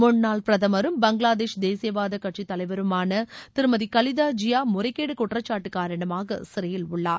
முன்னாள் பிரதமரும் பங்களாதேஷ் தேசியவாதக் கட்சித் தலைவருமான திருமதி கலீதா ஜியா முறைகேடு குற்றச்சாட்டு காரணமாக சிறையில் உள்ளார்